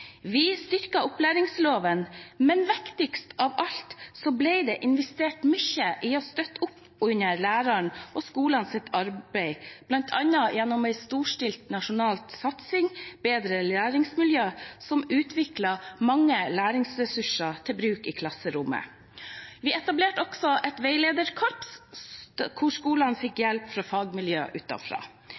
Vi styrket opplæringsloven, men viktigst av alt: Det ble investert mye i å støtte opp under lærernes og skolens arbeid, bl.a. gjennom en storstilt nasjonal satsing, «Bedre læringsmiljø», som utviklet mange læringsressurser til bruk i klasserommet. Vi etablerte også et veilederkorps, der skolene fikk hjelp fra fagmiljø